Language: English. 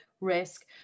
risk